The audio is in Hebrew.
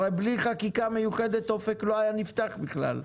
הרי בלי חקיקה מיוחדת אופק לא היה נפתח בכלל.